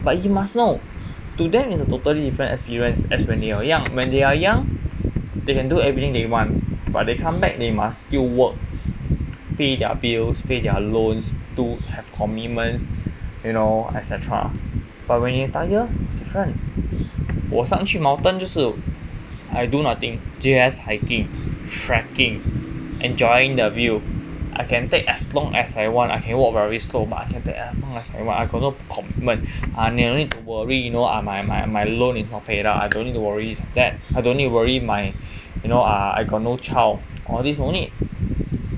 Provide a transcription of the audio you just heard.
but you must know to them is a totally different experience as when they were young when they are young they can do everything they want but they comeback they must still work pay their bills pay their loans to have commitment you know et cetera but when you retire it's different 我上去 mountain 就是 I do nothing just hiking trekking enjoying the view I can take as long as I want I can walk very slow I take take as long as I want I got no commitment uh don't need to worry you know ah my my my loan is all paid lah I don't need to worry about that I don't need to worry my you know err I got no child all these don't need